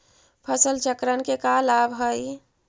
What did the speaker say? फसल चक्रण के का लाभ हई?